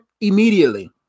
immediately